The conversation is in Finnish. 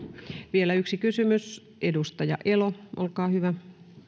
vielä yksi kysymys edustaja elo olkaa hyvä